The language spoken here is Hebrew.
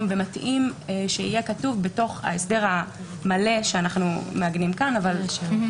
ומתאים שיהיה כתוב בתוך ההסדר המלא שאנו מעגנים פה.